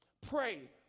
Pray